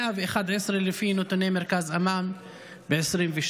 111 לפי נתוני מרכז אמאן ב-2022.